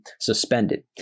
suspended